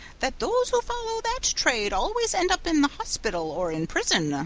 that those who follow that trade always end up in the hospital or in prison.